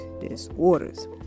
disorders